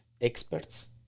experts